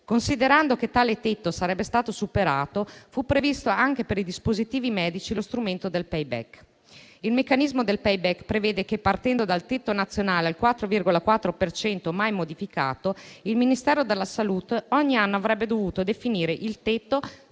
Considerando che tale tetto sarebbe stato superato, fu previsto anche per i dispositivi medici lo strumento del *payback*. Il meccanismo del *payback* prevede che, partendo dal tetto nazionale al 4,4 per cento, mai modificato, il Ministero della salute ogni anno avrebbe dovuto definire il tetto